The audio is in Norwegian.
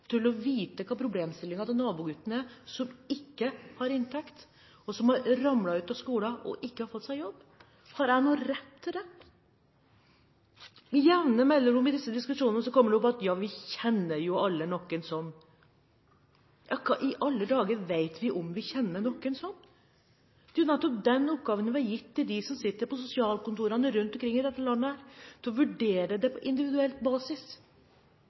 til å vite hva problemstillingen til nabogutten som ikke har inntekt, er, og som har ramlet ut av skolen og ikke har fått seg jobb? Har jeg noen rett til det? Med jevne mellomrom i disse diskusjonene kommer det opp at vi alle «kjenner noen som». Hva i alle dager vet vi om vi «kjenner noen som»? Det er nettopp den oppgaven vi har gitt til dem som sitter på sosialkontorene rundt i dette landet, å vurdere det på individuell basis.